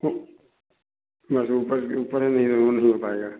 और बस उपर उपरे में हैं वो नहीं हो पाएगा